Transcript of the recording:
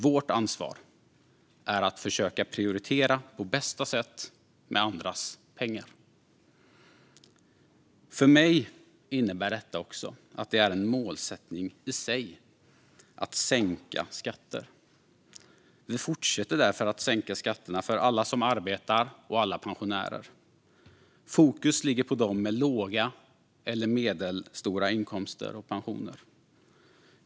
Vårt ansvar är att försöka prioritera på bästa sätt med andras pengar. För mig innebär detta att det är en målsättning i sig att sänka skatter. Vi fortsätter därför att sänka skatterna för alla som arbetar och alla pensionärer. Fokus ligger på dem med låga eller medelstora inkomster och pensioner.